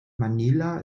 manila